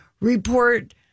report